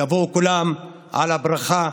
יבואו כולם על הברכה,